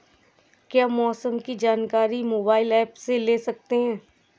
क्या मौसम की जानकारी मोबाइल ऐप से ले सकते हैं?